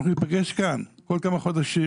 אנחנו ניפגש כאן כל כמה חודשים